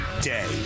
day